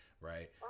Right